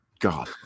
God